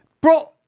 Bro